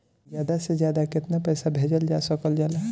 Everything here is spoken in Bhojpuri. ज्यादा से ज्यादा केताना पैसा भेजल जा सकल जाला?